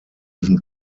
even